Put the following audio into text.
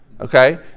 Okay